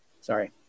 sorry